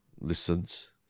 listens